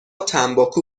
تنباکو